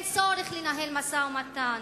ואין צורך לנהל משא-ומתן?